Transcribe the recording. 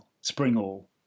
Springall